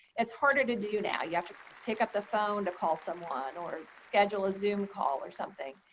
it's harder to do now. you have to pick up the phone to call someone or schedule a zoom call or something.